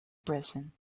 present